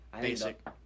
Basic